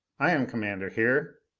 i am commander here.